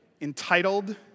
Entitled